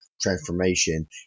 transformation